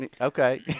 Okay